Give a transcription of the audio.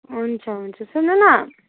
हुन्छ हुन्छ सुन्नु न